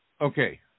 Okay